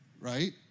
Right